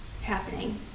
happening